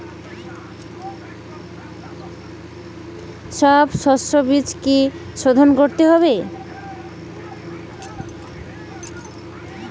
সব শষ্যবীজ কি সোধন করতে হবে?